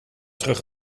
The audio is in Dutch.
terug